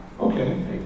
Okay